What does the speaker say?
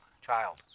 child